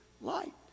light